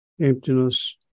emptiness